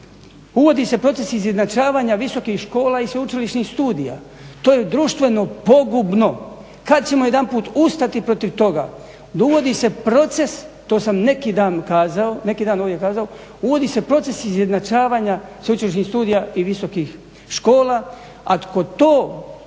Uvodi se proces izjednačavanja visokih škola i sveučilišnih studija, to je društveno pogubno. Kada ćemo jedanput ustati protiv toga, uvodi se proces, to sam neki dan ovdje kazao, uvodi